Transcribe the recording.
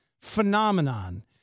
phenomenon